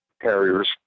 carriers